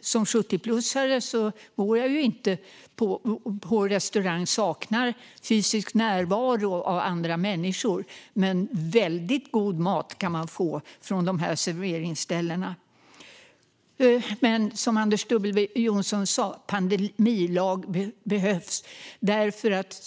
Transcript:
Som 70-plussare går jag inte på restaurang. Jag saknar fysisk närvaro av andra människor. Men man kan få väldigt god mat från serveringsställena. Som Anders W Jonsson sa behövs en pandemilag.